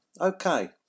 Okay